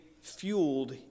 fueled